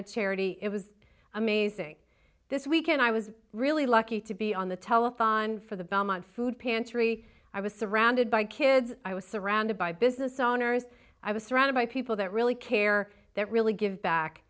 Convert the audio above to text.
of charity it was amazing this weekend i was really lucky to be on the telethon for the belmont food pantry i was surrounded by kids i was surrounded by business owners i was surrounded by people that really care that really give back